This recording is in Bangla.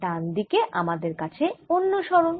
ডান দিকে আমাদের আছে অন্য সরণ